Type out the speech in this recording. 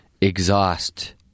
exhaust